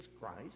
Christ